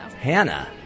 Hannah